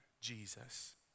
Jesus